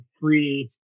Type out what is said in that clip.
free